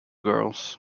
girls